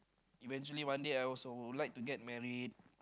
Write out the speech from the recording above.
eventually one day also I would like to get married